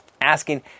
asking